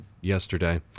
yesterday